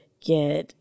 get